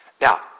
Now